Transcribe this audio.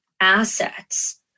assets